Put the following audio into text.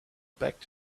back